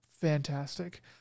fantastic